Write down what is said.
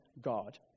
God